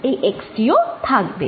এই xটি ও থাকবে